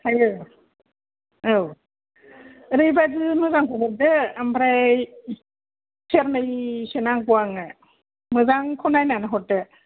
हायो औ ओरैबायदि मोजांखौ हरदो ओमफ्राय सेरनैसो नांगौ आंनो मोजांखौ नायनानै हरदो